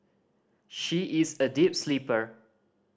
she is a deep sleeper